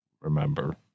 remember